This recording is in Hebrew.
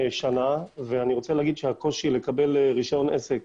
ואני רוצה לומר שהקושי לקבל רישיון עסק